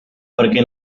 parque